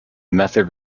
method